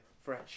Fresh